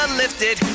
lifted